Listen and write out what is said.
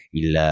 il